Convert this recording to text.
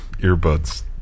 earbuds